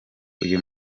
uyu